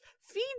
feed